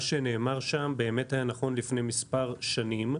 מה שנאמר שם היה נכון לפני מספר שנים.